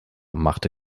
machte